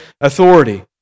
authority